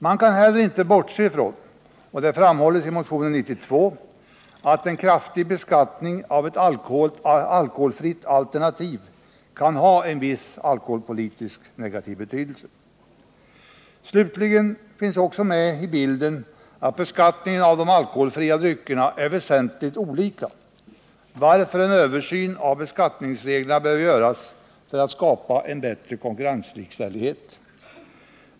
Man kan heller inte bortse från — och det framhålles i motionen 92 — att en kraftig beskattning av ett alkoholfritt alternativ kan ha en viss alkoholpolitiskt negativ betydelse. Slutligen finns också med i bilden att beskattningen av de alkoholfria dryckerna är väsentligt annorlunda utformad, varför en översyn av beskattningsreglerna behöver göras för att skapa bättre konkurrenslikställighet.